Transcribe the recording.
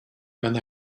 and